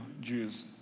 Jews